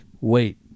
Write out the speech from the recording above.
wait